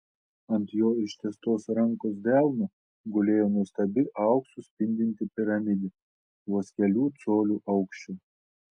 ant jo ištiestos rankos delno gulėjo nuostabi auksu spindinti piramidė vos kelių colių aukščio